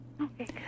Okay